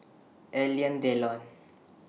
Alain Delon